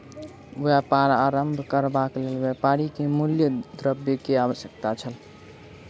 व्यापार आरम्भ करबाक लेल व्यापारी के मूल द्रव्य के आवश्यकता छल